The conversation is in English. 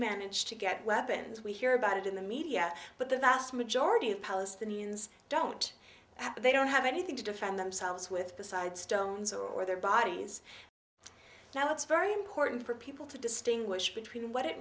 manage to get weapons we hear about it in the media but the vast majority of palestinians don't have they don't have anything to defend themselves with besides stones or their bodies now it's very important for people to distinguish between what it